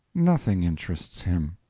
nothing interests him.